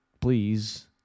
please